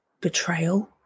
betrayal